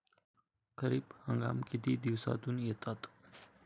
खरीप हंगाम किती दिवसातून येतात?